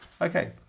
Okay